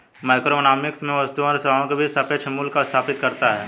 microeconomics में वस्तुओं और सेवाओं के बीच सापेक्ष मूल्यों को स्थापित करता है